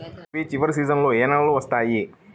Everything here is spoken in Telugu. రబీ చివరి సీజన్లో ఏ నెలలు వస్తాయి?